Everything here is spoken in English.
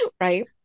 right